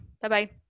Bye-bye